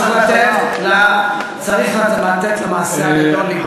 צריך לתת למעשה הגדול להתבצע.